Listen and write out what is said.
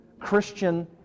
Christian